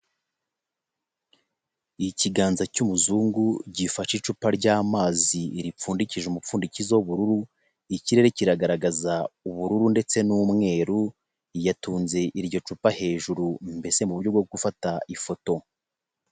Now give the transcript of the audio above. Ikiganza cy'umuzungu gifashe icupa ry'amazi ripfundikije umupfundikizo w'ubururu, ikirere kiragaragaza ubururu ndetse n'umweru, yatunze iryo cupa hejuru mbese mu buryo bwo gufata ifoto.